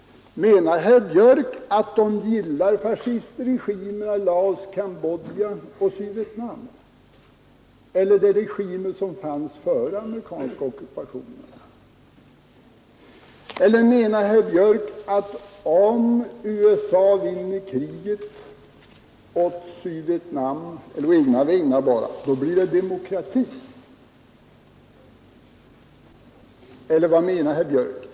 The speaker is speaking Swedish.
Menar herr Björck att de gillar fascistregimerna i Laos, Cambodja och Sydvietnam eller de regimer som fanns före den amerikanska ockupationen? Menar herr Björck att om USA vinner kriget åt Sydvietnam eller å egna vägnar, så blir det demokrati, eller vad menar herr Björck?